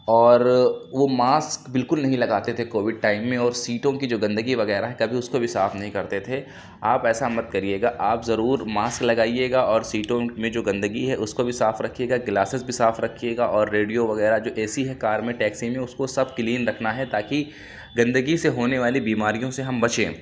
اور وہ ماسک بالکل نہیں لگاتے تھے کووڈ ٹائم میں اور سیٹوں کی جو گندگی وغیرہ ہے کبھی اُس کو بھی صاف نہیں کرتے تھے آپ ایسا مت کریے گا آپ ضرور ماسک لگائیے گا اور سیٹوں میں جو گندگی ہے اُس کو بھی صاف رکھیے گا گلاسیز بھی صاف رکھیے گا اور ریڈیو وغیرہ جو اے سی ہے کار میں ٹیکسی میں اُس کو سب کلین رکھنا ہے تا کہ گندگی سے ہونے والی بیماریوں سے ہم بچیں